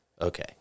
Okay